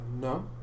No